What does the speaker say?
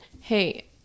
hey